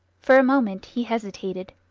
for a moment he hesitated.